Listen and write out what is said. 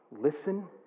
listen